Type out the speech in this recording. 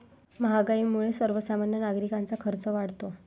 महागाईमुळे सर्वसामान्य नागरिकांचा खर्च वाढतो